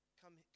come